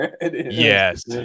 yes